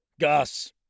Gus